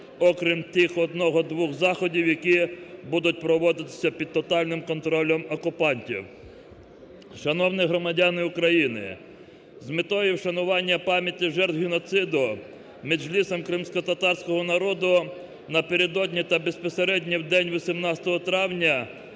окрім тих одного-двох заходів, які будуть проводиться під тотальним контролем окупантів. Шановні громадяни України, з метою вшанування пам'яті жертв геноциду Меджлісом кримськотатарського народу напередодні та безпосередньо в день 18 травня